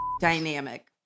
dynamic